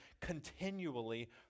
continually